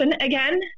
again